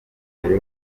mbere